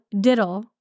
Diddle